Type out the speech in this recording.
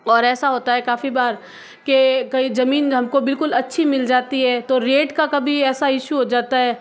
और ऐसा होता है काफ़ी बार कि कहीं जमीन हमको बिल्कुल अच्छी मिल जाती है तो रेट का कभी ऐसा इशू हो जाता है